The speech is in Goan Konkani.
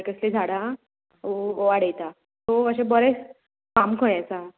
कसलीं झाडां वाडयता सो अशें बरें फाम खंय आसा